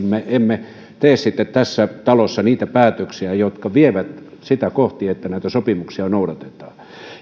me emme tee sitten tässä talossa niitä päätöksiä jotka vievät sitä kohti että näitä sopimuksia noudatetaan